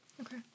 Okay